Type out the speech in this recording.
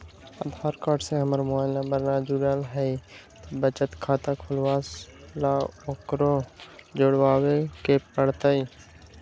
आधार card से हमर mobile number न जुरल है त बचत खाता खुलवा ला उकरो जुड़बे के पड़तई?